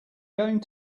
going